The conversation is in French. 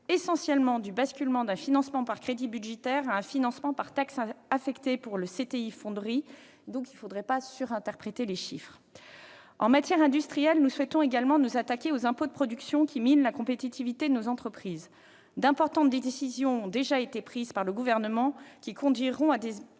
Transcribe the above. essentiellement du basculement d'un financement par crédit budgétaire à un financement par taxe affectée pour le CTI de la fonderie. Il ne faut donc pas surinterpréter les chiffres. En matière industrielle, nous souhaitons également nous attaquer aux impôts de production, qui minent la compétitivité de nos entreprises. D'importantes décisions ont déjà été prises par le Gouvernement, lesquelles conduiront à des